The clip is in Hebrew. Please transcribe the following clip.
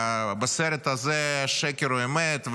ובסרט הזה שקר הוא אמת,